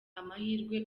amahirwe